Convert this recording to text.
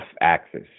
axis